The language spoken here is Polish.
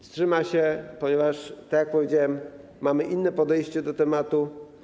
Wstrzyma się, ponieważ, tak jak powiedziałem, mamy inne podejście do tematu.